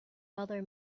other